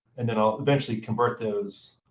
and then i'll eventually convert those.